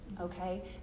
okay